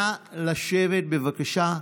נא לשבת, בבקשה.